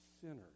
sinners